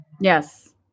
Yes